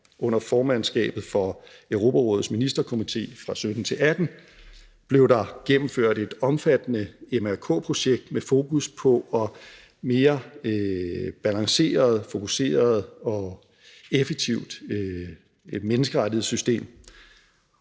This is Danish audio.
under formandskabet for Europarådets Ministerkomité. Fra 2017 til 2018 blev der gennemført et omfattende MRK-projekt med fokus på et mere balanceret, fokuseret og effektivt menneskerettighedssystem,